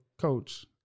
Coach